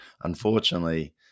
unfortunately